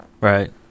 Right